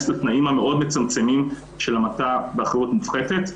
לתנאים המאוד-מצמצמים של המתה באחריות מופחתת.